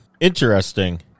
interesting